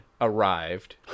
arrived